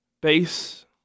Base